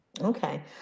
Okay